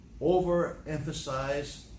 overemphasize